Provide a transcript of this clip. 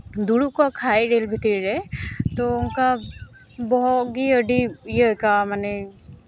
ᱫᱩᱲᱩᱵ ᱠᱚᱜ ᱠᱷᱟᱱ ᱨᱮᱹᱞ ᱵᱷᱤᱛᱨᱤ ᱨᱮ ᱛᱳ ᱚᱱᱠᱟ ᱵᱚᱦᱚᱜ ᱜᱮ ᱟᱹᱰᱤ ᱤᱭᱟᱹᱜ ᱠᱟᱜᱼᱟ ᱢᱟᱱᱮ